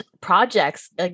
projects